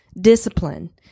discipline